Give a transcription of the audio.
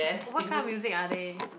what kind of music are they